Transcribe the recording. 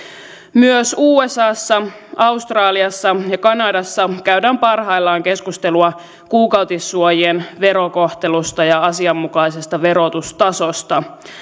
myös usassa australiassa ja kanadassa käydään parhaillaan keskustelua kuukautissuojien verokohtelusta ja asianmukaisesta verotustasosta